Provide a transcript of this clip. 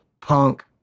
punk